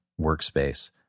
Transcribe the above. workspace –